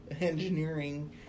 engineering